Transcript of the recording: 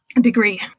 degree